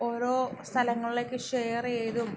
ഓരോ സ്ഥലങ്ങളിലേക്ക് ഷെയർ ചെയ്തും